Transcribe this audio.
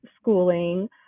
schooling